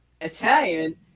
Italian